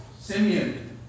Simeon